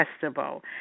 Festival